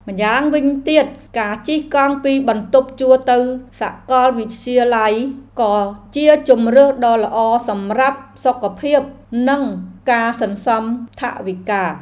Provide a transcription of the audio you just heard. ម៉្យាងវិញទៀត ការជិះកង់ពីបន្ទប់ជួលទៅសាកលវិទ្យាល័យក៏ជាជម្រើសដ៏ល្អសម្រាប់សុខភាព និងការសន្សំថវិកា។